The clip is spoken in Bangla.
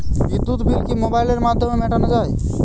বিদ্যুৎ বিল কি মোবাইলের মাধ্যমে মেটানো য়ায়?